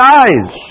eyes